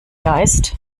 geist